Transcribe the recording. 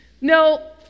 No